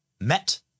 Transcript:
met